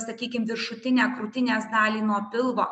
sakykim viršutinę krūtinės dalį nuo pilvo